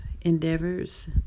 endeavors